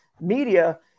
media